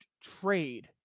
trade